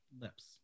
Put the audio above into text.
lips